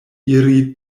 iri